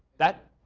that